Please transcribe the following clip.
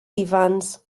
ifans